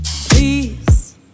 Please